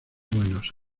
buenos